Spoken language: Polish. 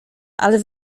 ale